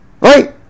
right